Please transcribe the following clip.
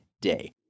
day